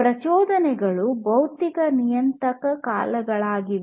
ಪ್ರಚೋದನೆಗಳು ಭೌತಿಕ ನಿಯತಾಂಕಗಳಾಗಿವೆ